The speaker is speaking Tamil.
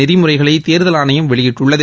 நெறிமுறைகளை தேர்தல் ஆணையம் வெளியிட்டுள்ளது